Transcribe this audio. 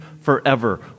forever